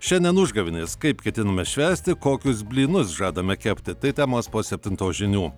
šiandien užgavėnės kaip ketiname švęsti kokius blynus žadame kepti tai temos po septintos žinių